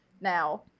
now